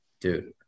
dude